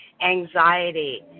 anxiety